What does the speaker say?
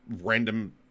random